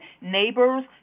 neighbors